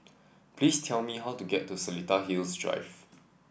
please tell me how to get to Seletar Hills Drive